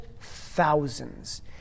thousands